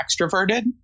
extroverted